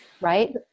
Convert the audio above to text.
Right